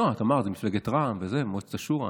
לא, את אמרת שזו מפלגת רע"מ, מועצת השורא.